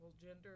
gender